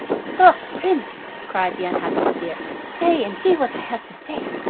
stop, prince, cried the unhappy vizir, stay and hear what i have to say.